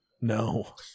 No